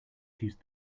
choose